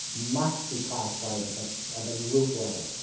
must be classified at the um group level.